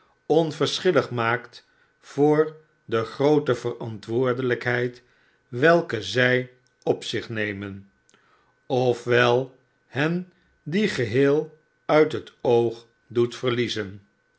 onverschillig maakt voor de groote verantwoordelijkheid welke zij op zich nemen of wel hen die geheel uit het oog doet verliezen